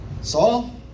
Saul